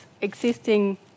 existing